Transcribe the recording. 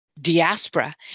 diaspora